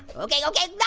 okay, okay!